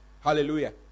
Hallelujah